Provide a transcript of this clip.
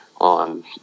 on